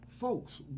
Folks